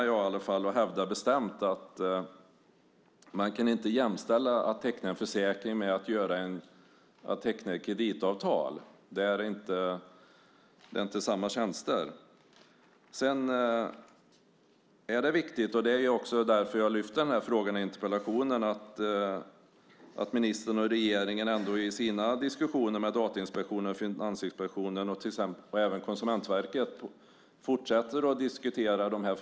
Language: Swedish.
Jag hävdar bestämt att man inte kan jämställa att teckna en försäkring med att teckna ett kreditavtal. Det är inte samma tjänster. Det är viktigt, och det är också därför jag har lyft fram frågan i interpellationen, att ministern och regeringen i sina diskussioner med Datainspektionen, Finansinspektionen och även Konsumentverket fortsätter att diskutera de frågorna.